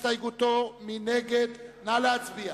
לקבל את ההסתייגויות שלך הכנסת צריכה.